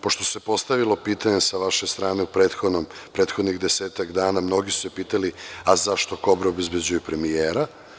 Pošto se postavilo pitanje sa vaše strane, u prethodnih desetak dana mnogi su se pitali – zašto „Kobre“ obezbeđuju premijera?